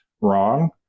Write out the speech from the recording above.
wrong